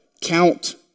count